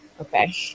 Okay